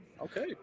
okay